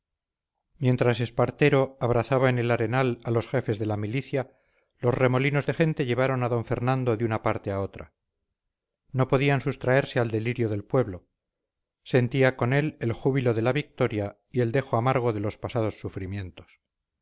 mientras espartero abrazaba en el arenal a los jefes de la milicia los remolinos de gente llevaron a d fernando de una parte a otra no podía sustraerse al delirio del pueblo sentía con él el júbilo de la victoria y el dejo amargo de los pasados sufrimientos